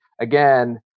again